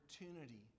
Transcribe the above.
opportunity